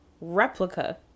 replica